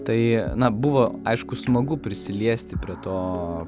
tai buvo aišku smagu prisiliesti prie to